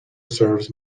serves